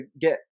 get